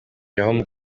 jerome